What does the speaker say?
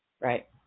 Right